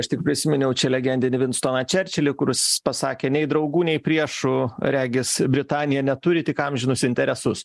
aš tik prisiminiau čia legendinį vinstoną čerčilį kuris pasakė nei draugų nei priešų regis britanija neturi tik amžinus interesus